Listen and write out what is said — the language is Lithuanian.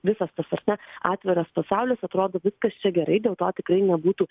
visas tas ar ne atviras pasaulis atrodo viskas čia gerai dėl to tikrai nebūtų